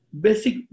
Basic